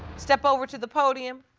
step over to the podium.